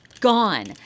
Gone